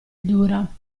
dura